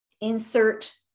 insert